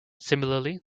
similarly